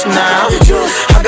now